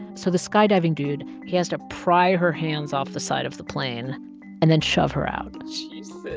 so the skydiving dude he has to pry her hands off the side of the plane and then shove her out jesus